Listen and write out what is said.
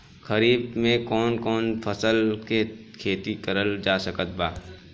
खरीफ मे कौन कौन फसल के खेती करल जा सकत बा?